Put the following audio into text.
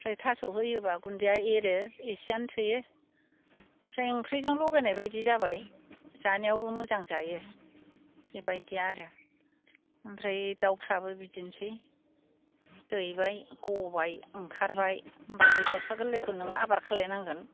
ओमफ्राय थास' होयोब्ला गुन्दैया एरो इसेयानो थोयो ओमफ्राय ओंख्रिजों लगायनाय बायदि जाबाय जानायावबो मोजां जायो बेबायदि आरो ओमफ्राय दाउफ्राबो बिदिन्सै दैबाय ग'बाय ओंखारबाय होमब्ला बे दाउसा गोरलैखौ नों आबार खालामनांगोन